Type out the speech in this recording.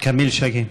כמיל שנאן.